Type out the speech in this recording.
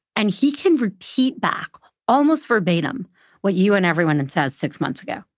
and he can repeat back almost verbatim what you and everyone had said six months ago.